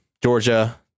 Georgia